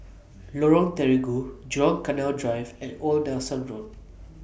Lorong Terigu Jurong Canal Drive and Old Nelson Road